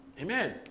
Amen